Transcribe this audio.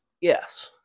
Yes